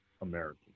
Americans